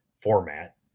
format